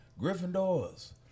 Gryffindor's